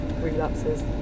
relapses